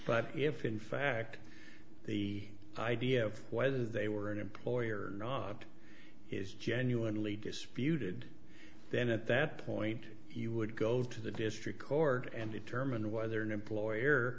but if in fact the idea of whether they were an employer or not is genuinely disputed then at that point you would go to the district court and determine whether an employer